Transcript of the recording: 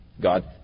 God